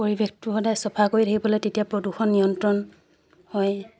পৰিৱেশটো সদায় চফা কৰি থাকিব লাগে তেতিয়া প্ৰদূষণ নিয়ন্ত্ৰণ হয়